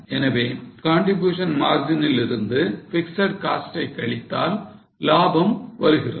எனவே contribution margin லிருந்து fixed cost ஐ கழித்தால் லாபம் வருகிறது